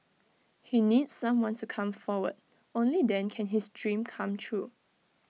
he needs someone to come forward only then can his dream come true